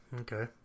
Okay